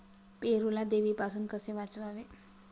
पेरूला देवीपासून कसे वाचवावे?